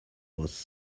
was